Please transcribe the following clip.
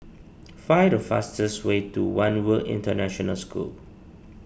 find the fastest way to one World International School